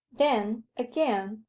then, again,